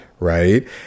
Right